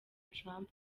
trump